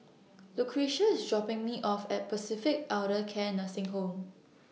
Lucretia IS dropping Me off At Pacific Elder Care Nursing Home